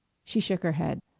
she shook her head.